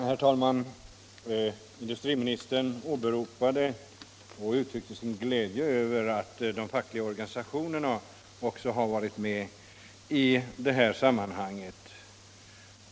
Herr talman! Industriministern uttryckte sin glädje över att de fackliga organisationerna också har varit med i det här sammanhanget.